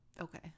Okay